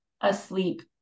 asleep